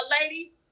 ladies